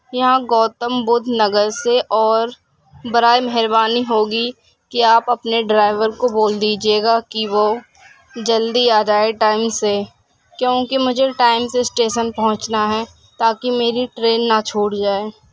یہاں گوتم بدھ نگر سے اور برائے مہربانی ہوگی کہ آپ اپنے ڈرائیور کو بول دیجیے گا کہ وہ جلدی آ جائے ٹائم سے کیونکہ مجھے ٹائم سے اسٹیشن پہنچنا ہے تاکہ میری ٹرین نہ چھوٹ جائے